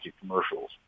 commercials